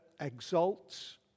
exalts